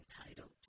entitled